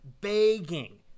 begging